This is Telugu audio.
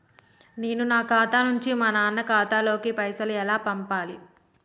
నేను నా ఖాతా నుంచి మా నాన్న ఖాతా లోకి పైసలు ఎలా పంపాలి?